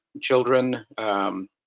children